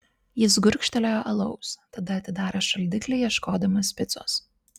jis gurkštelėjo alaus tada atidarė šaldiklį ieškodamas picos